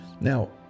Now